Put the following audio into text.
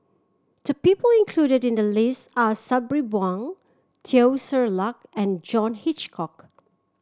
the people included in the list are Sabri Buang Teo Ser Luck and John Hitchcock